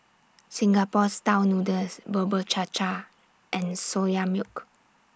Singapore Style Noodles Bubur Cha Cha and Soya Milk